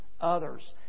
others